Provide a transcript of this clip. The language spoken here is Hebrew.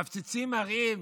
מפציצים ערים,